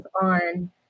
on